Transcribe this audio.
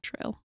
trail